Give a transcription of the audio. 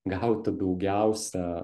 gauti daugiausia